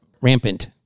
rampant